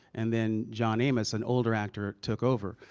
and then john ames, an older actor, took over.